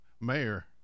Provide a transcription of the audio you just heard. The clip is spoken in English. mayor